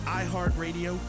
iHeartRadio